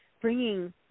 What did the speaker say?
bringing